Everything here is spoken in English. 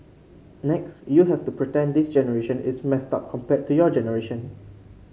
next you have to pretend this generation is messed up compared to your generation